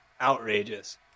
Outrageous